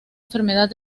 enfermedad